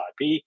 IP